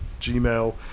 Gmail